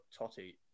Totti